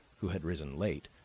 who had risen late,